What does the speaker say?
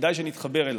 כדאי שנתחבר אליו.